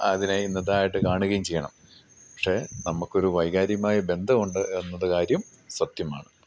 അതിനെ ഇന്നതായിട്ട് കാണുകയും ചെയ്യണം പക്ഷേ നമുക്ക് ഒരു വൈകാര്യമായ ബന്ധം ഉണ്ട് എന്നത് കാര്യം സത്യമാണ്